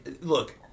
look